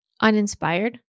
Uninspired